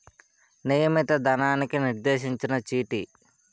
నియమిత ధనానికి నిర్దేశించిన చీటీ